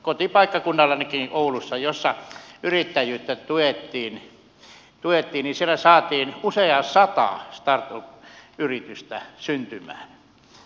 kotipaikkakunnallanikin oulussa jossa yrittäjyyttä tuettiin saatiin usea sata startup yritystä syntymään